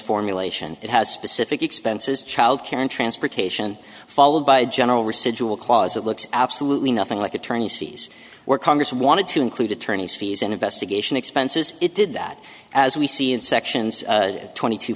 formulation it has specific expenses childcare and transportation followed by a general research will clause it looks absolutely nothing like attorneys fees were congress wanted to include attorneys fees and investigation expenses it did that as we see in sections twenty t